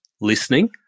listening